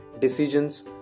decisions